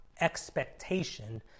expectation